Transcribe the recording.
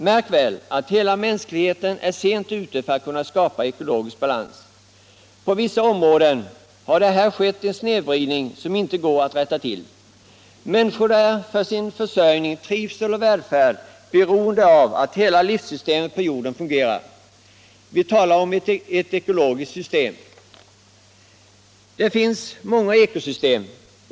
Märk väl att mänskligheten är sent ute för att kunna skapa ekologisk balans. På vissa områden har här skett en snedvridning, som inte går att rätta till. Människorna är för sin försörjning, trivsel och välfärd beroende av att hela livssystemet på jorden fungerar. Vi talar om ett ekologiskt system. Det finns må'nga ekosystem.